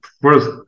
First